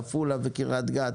עפולה וקריית גת.